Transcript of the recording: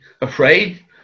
afraid